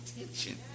attention